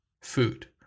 food